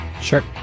Sure